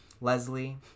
Leslie